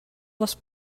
les